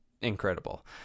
incredible